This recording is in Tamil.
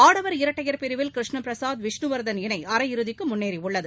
ஆடவர் இரட்டையர் பிரிவில் கிருஷ்ணபிரசாத் விஷ்ணுவர்தன் இணை அரையிறுதிக்கு முன்னேறியுள்ளது